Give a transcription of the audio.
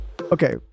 Okay